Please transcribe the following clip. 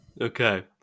Okay